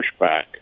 pushback